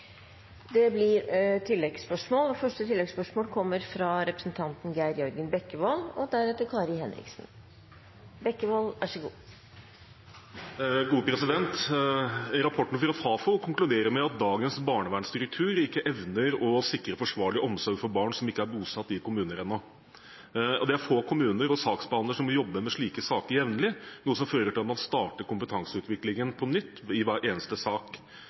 Det åpnes for oppfølgingsspørsmål – først representanten Geir Jørgen Bekkevold. Rapporten fra Fafo konkluderer med at dagens barnevernstruktur ikke evner å sikre forsvarlig omsorg for barn som ikke er bosatt i kommuner ennå. Det er få kommuner og saksbehandlere som må jobbe med slike saker jevnlig, noe som fører til at man starter kompetanseutviklingen på nytt i hver eneste sak.